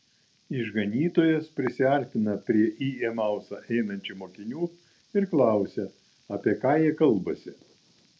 išganytojas prisiartina prie į emausą einančių mokinių ir klausia apie ką jie kalbasi